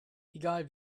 egal